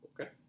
Okay